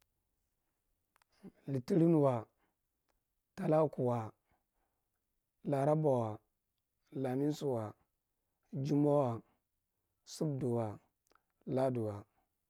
Littarinwa, talakuwa, larabawa, lamisuwa, juma wa, saddawa, ladawa.